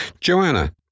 Joanna